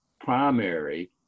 primary